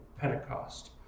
pentecost